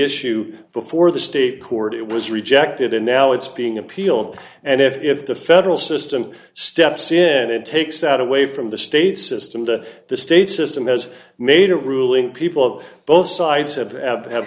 issue before the state court it was rejected and now it's being appealed and if the federal system steps in and takes that away from the state system that the state system has made a ruling people of both sides have have